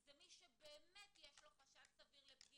זה מי שבאמת יש לו חשש לפגיעה.